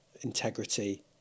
integrity